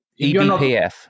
eBPF